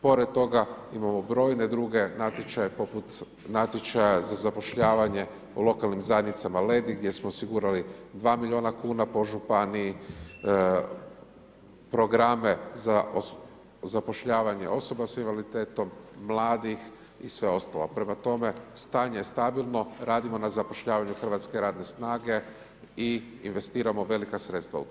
Pored toga imamo brojne druge natječaje poput natječaja za zapošljavanja u lokalnim zajednicama ledi, gdje smo osigurali 2 miliona kuna po županiji, programe za zapošljavanje osoba s invaliditetom, mladih i sve ostalo, prema tome stanje je stabilno, radimo na zapošljavanju hrvatske radne snage i investiramo velika sredstva u to.